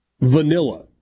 Vanilla